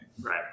right